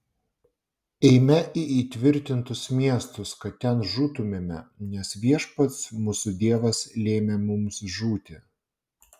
eime į įtvirtintus miestus kad ten žūtumėme nes viešpats mūsų dievas lėmė mums žūti